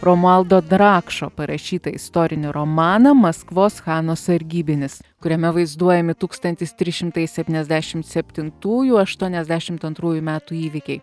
romualdo drakšo parašytą istorinį romaną maskvos chano sargybinis kuriame vaizduojami tūkstantis trys šimtai septyniasdešim septintųjų aštuoniasdešimt antrųjų metų įvykiai